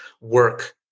work